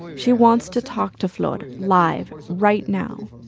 she wants to talk to flor live right now.